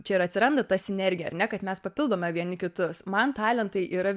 čia ir atsiranda ta sinergija ar ne kad mes papildome vieni kitus man talentai yra